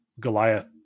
goliath